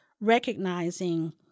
recognizing